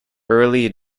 early